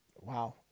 wow